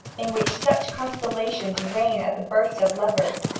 in which such constellations reign at the births of lovers,